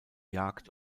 jagd